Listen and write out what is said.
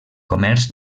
comerç